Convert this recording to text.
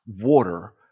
water